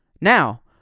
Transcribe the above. Now